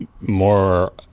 more